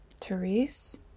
therese